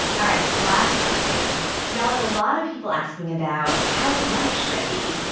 all right, last question. y'all had a lot of people asking about, how panicked should i be?